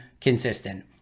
consistent